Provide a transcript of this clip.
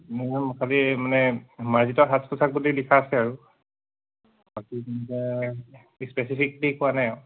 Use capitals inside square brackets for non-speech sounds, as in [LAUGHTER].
[UNINTELLIGIBLE] খালি মানে মাৰ্জিত সাজ পোচাক বুলি লিখা আছে আৰু বাকী স্পেচিফিকলি কোৱা নাই আৰু